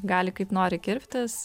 gali kaip nori kirptis